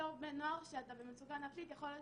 בתור בן נוער, כשאתה במצוקה נפשית, יכול להיות